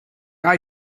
eye